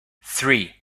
three